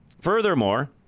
Furthermore